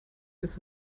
ist